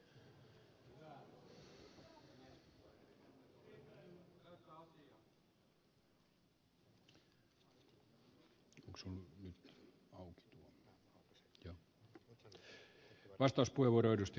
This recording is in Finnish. arvoisa puhemies